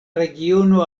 regiono